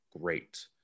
great